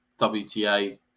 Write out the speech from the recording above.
WTA